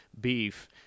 beef